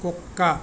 కుక్క